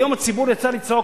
היום הציבור יצא לצעוק.